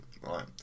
right